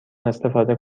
استفاده